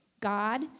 God